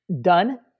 done